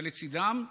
ולצידם,